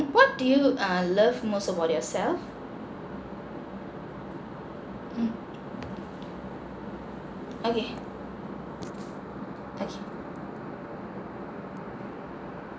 what do you err love most about yourself mm okay okay